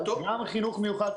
בעניין החינוך המיוחד,